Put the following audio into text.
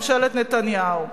ממשלת נתניהו.